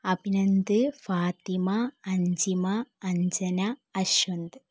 Abhinand Fathima Anjima Anjana Ashwanth